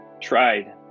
tried